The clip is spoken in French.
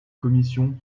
commission